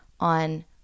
on